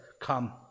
Come